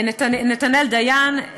נתנאל דיין,